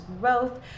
growth